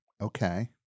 Okay